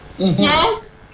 Yes